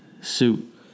suit